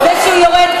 זה שהוא יורד,